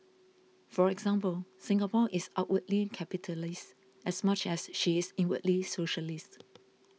for example Singapore is outwardly capitalist as much as she is inwardly socialist